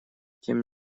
тем